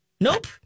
Nope